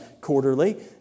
quarterly